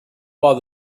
about